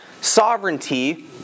Sovereignty